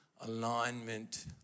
alignment